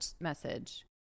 message